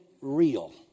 real